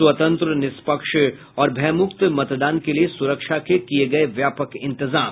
स्वतंत्र निष्पक्ष और भयमुक्त मतदान के लिये सुरक्षा के किये गये व्यापक इंतजाम